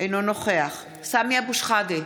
אינו נוכח סמי אבו שחאדה,